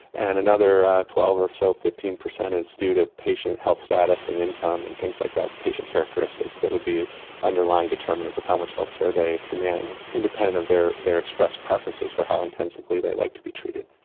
and another twelve or so, fifteen per cent is due to patient health status and income and things like that, patient characteristics that would be underlying determinants of how much healthcare they demand independent of their their express preferences for how intensively they like to be treated.